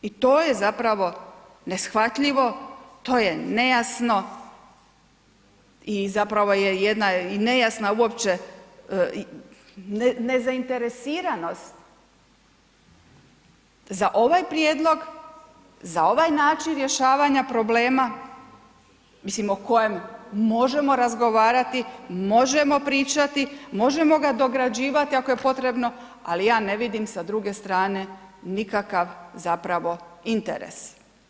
I to je zapravo neshvatljivo, to je nejasno i zapravo je jedna i nejasna uopće, ne zainteresiranost za ovaj prijedlog, za ovaj način rješavanja problema, mislim o kojem možemo razgovarati, možemo pričati, možemo ga dograđivati ako je potrebno ali ja ne vidim sa druge strane nikakav zapravo interes.